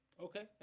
okay,